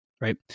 right